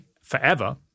forever